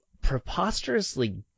preposterously